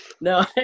No